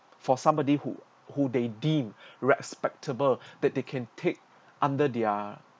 for somebody who who they deem respectable that they can take under their